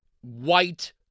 white